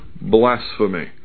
blasphemy